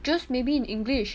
just maybe in english